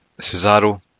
Cesaro